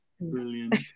brilliant